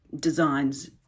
designs